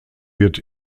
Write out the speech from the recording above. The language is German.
wird